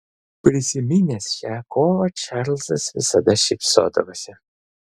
prisiminęs šią kovą čarlzas visada šypsodavosi